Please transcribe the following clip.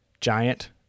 giant